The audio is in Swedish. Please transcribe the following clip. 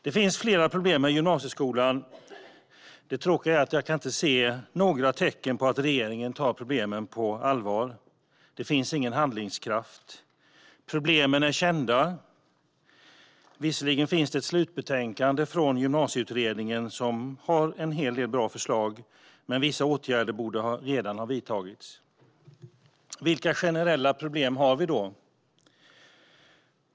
Det finns flera problem med gymnasieskolan. Det tråkiga är att jag inte kan se några tecken på att regeringen tar problemen på allvar. Det finns ingen handlingskraft. Problemen är kända. Visserligen finns det ett slutbetänkande från Gymnasieutredningen, som har en hel del bra förslag, men vissa åtgärder borde redan ha vidtagits. Vilka generella problem har vi då?